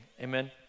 amen